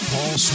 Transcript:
Paul